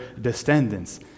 descendants